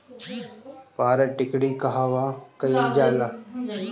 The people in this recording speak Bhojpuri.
पारद टिक्णी कहवा कयील जाला?